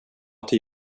till